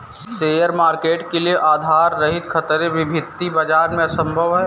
share market के लिये आधार रहित खतरे वित्तीय बाजार में असम्भव हैं